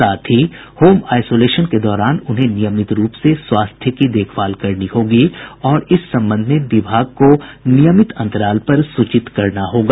साथ ही home isolation के दौरान उन्हें नियमित रूप से स्वास्थ्य की देखभाल करनी होगी और इस संबंध में विभाग को नियमित अंतराल पर सूचित करना होगा